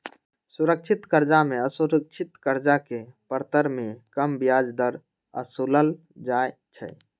सुरक्षित करजा में असुरक्षित करजा के परतर में कम ब्याज दर असुलल जाइ छइ